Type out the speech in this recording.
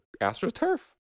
Astroturf